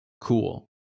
cool